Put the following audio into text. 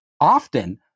often